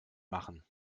machen